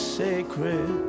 sacred